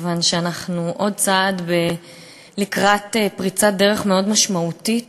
כיוון שאנחנו עוד צעד לקראת פריצת דרך מאוד משמעותית